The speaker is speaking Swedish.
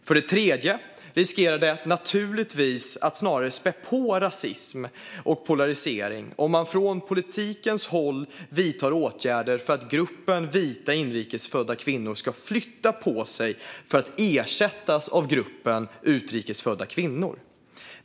För det tredje riskerar det naturligtvis att snarare späda på rasism och polarisering om man från politiskt håll vidtar åtgärder för att gruppen vita inrikesfödda kvinnor ska flytta på sig för att ersättas av gruppen utrikesfödda kvinnor.